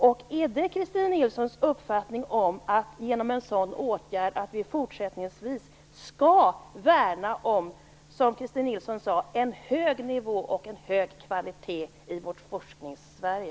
Är det Christin Nilssons uppfattning att vi genom en sådan åtgärd fortsättningsvis skall värna om - som Christin Nilsson uttryckte det - en hög nivå och en hög kvalitet i vårt Forskningssverige?